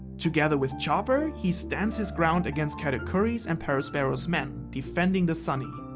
together with chopper he stands his ground against katakuri's and perospero's men, defending the sunny.